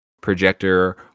projector